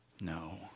No